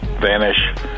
vanish